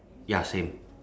ya same